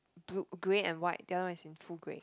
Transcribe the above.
blue grey and white that one is in full grey